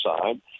side